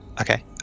Okay